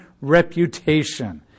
reputation